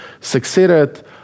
succeeded